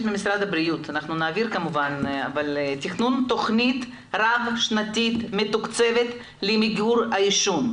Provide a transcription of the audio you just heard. ממשרד הבריאות תכנון תכנית רב שנתית מתוקצבת למיגור העישון,